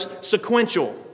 sequential